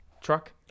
truck